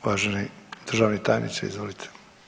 Uvaženi državni tajniče izvolite.